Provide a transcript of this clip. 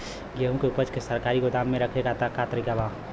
गेहूँ के ऊपज के सरकारी गोदाम मे रखे के का तरीका बा?